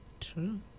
True